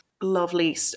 lovely